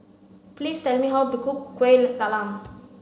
please tell me how to cook Kueh Talam